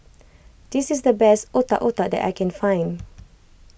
this is the best Otak Otak that I can find